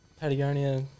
Patagonia